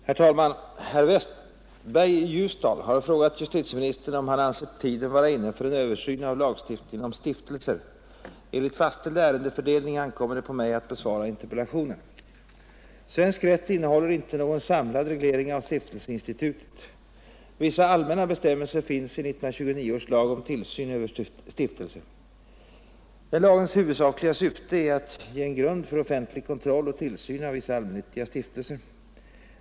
Herr talman! Herr Westberg i Ljusdal har frågat justitieministern om han anser tiden vara inne för en översyn av lagstiftningen om stiftelser. Enligt fastställd ärendefördelning ankommer det på mig att besvara interpellationen. Svensk rätt innehåller inte någon samlad reglering av stiftelseinstitutet. Vissa allmänna bestämmelser finns i 1929 års lag om tillsyn över stiftelser. Dess huvudsakliga syfte är att ge en grund för offentlig kontroll och tillsyn av vissa allmännyttiga stiftelser.